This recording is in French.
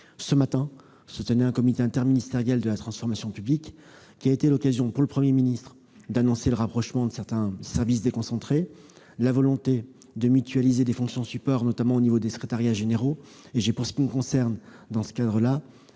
Ce matin se tenait un comité interministériel de la transformation publique qui a été l'occasion pour le Premier ministre d'annoncer le rapprochement de certains services déconcentrés, ainsi que la volonté de mutualiser les fonctions support, notamment au niveau des secrétariats généraux. Pour ce qui me concerne, j'ai appelé